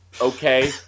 okay